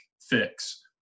fix